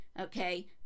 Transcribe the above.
okay